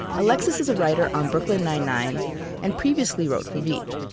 alexis is a writer on brooklyn nine-nine and previously wrote for veep,